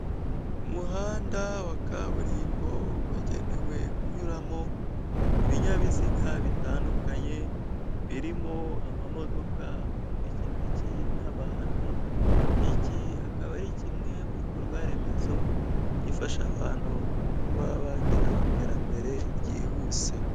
Umuhanda wa kaburimbo wagenewe kunyuramo ibinyabiziga bitandukanye, birimo amamodoka, amapikipiki n'abantu, iki akaba ari kimwe mu bikorwaremezo gifasha abantu mu kuba bagira iterambere ryihuse.